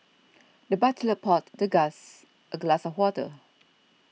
the butler poured the guest a glass of water